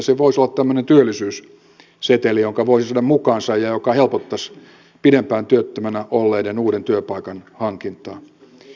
se voisi olla tämmöinen työllisyysseteli jonka voisi saada mukaansa ja joka helpottaisi pidempään työttömänä olleiden uuden työpaikan hankintaa